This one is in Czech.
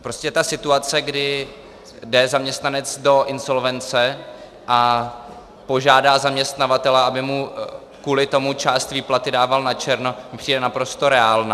Prostě ta situace, kdy jde zaměstnanec do insolvence a požádá zaměstnavatele, aby mu kvůli tomu část výplaty dával načerno, mi přijde naprosto reálná.